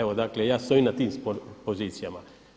Evo dakle ja stojim na tim pozicijama.